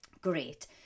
great